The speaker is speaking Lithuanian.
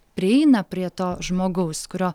prieina prie to žmogaus kurio